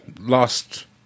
last